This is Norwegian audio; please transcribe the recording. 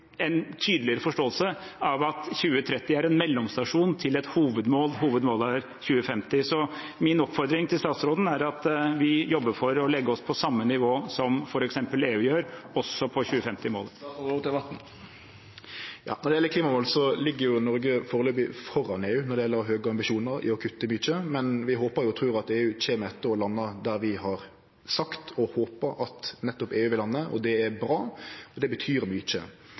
forståelse av at 2030 er en mellomstasjon til et hovedmål, som er 2050. Min oppfordring til statsråden er at vi jobber for å legge oss på samme nivå som f.eks. EU gjør, også på 2050-målet. Når det gjeld klimamål, ligg Noreg foreløpig føre EU når det gjeld høge ambisjonar om å kutte mykje. Vi håpar og trur at EU kjem etter og landar der vi har sagt at vi håpar at EU vil lande. Det er bra. Det betyr mykje.